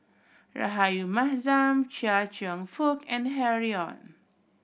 Rahayu Mahzam Chia Cheong Fook and Harry Ord